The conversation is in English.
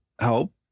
help